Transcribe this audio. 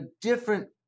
different